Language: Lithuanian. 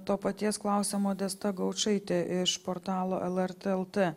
to paties klausia modesta gaučaitė iš portalo lrt lt